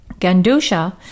Gandusha